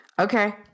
Okay